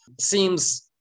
seems